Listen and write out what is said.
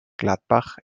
gladbach